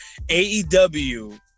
AEW